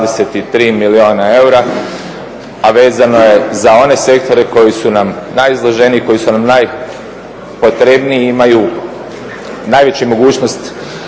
423 milijuna eura, a vezano je za one sektore koji su nam najizloženiji, koji su nam najpotrebniji, imaju najveću mogućnost